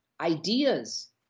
Ideas